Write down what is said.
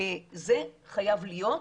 זה חייב להיות.